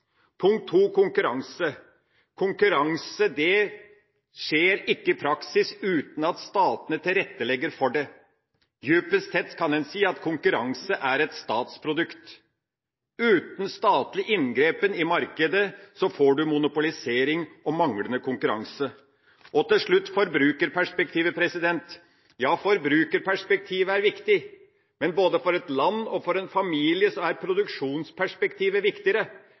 Punkt 2, konkurranse: Konkurranse skjer ikke i praksis uten at statene tilrettelegger for det. Djupest sett kan en si at konkurranse er et statsprodukt. Uten statlig inngripen i markedet får du monopolisering og manglende konkurranse. Og til slutt, forbrukerperspektivet: Ja, forbrukerperspektivet er viktig, men både for et land og for en familie er produksjonsperspektivet viktigere,